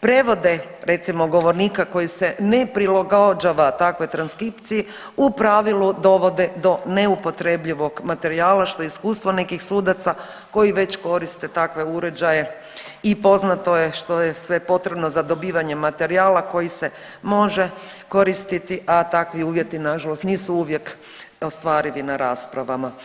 prevode recimo govornika koji se ne prilagođava takvoj transkripciji u pravilu dovode do neupotrebljivog materijala što je iskustvo nekih sudaca koji već koriste takve uređaje i poznato što je sve potrebno za dobivanje materijala koji se može koristiti, a takvi uvjeti nažalost nisu uvijek ostvarivi na raspravama.